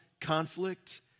conflict